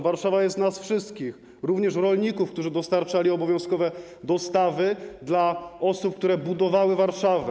Warszawa jest nas wszystkich, również rolników, którzy dostarczali obowiązkowe dostawy dla osób, które budowały Warszawę.